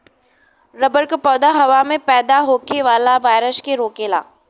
rubber क पौधा हवा में पैदा होखे वाला वायरस के रोकेला